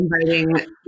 inviting